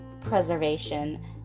preservation